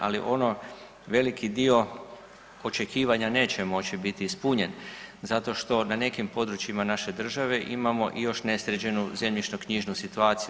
Ali ono veliki dio očekivanja neće moći biti ispunjen zato što na nekim područjima naše države imamo i još nesređenu zemljišno-knjižnu situaciju.